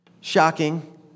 Shocking